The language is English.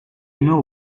know